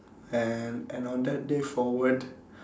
and and on that day forward